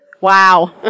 Wow